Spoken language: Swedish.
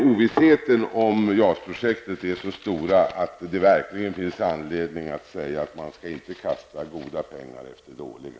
Ovissheten om JAS-projektet är så stor att det verkligen finns anledning att säga att man inte skall kasta goda pengar efter dåliga.